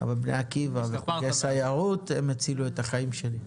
אבל בני עקיבא וסיירות הם אלו שהצילו את החיים שלי.